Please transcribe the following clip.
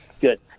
Good